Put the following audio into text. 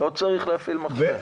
לא צריך להפעיל מכבש.